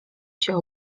się